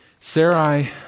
Sarai